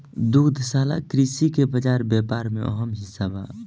दुग्धशाला कृषि के बाजार व्यापार में अहम हिस्सा बा